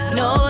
no